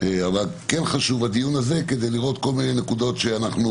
- כן חשוב הדיון הזה כדי לראות כל מיני נקודות שאנחנו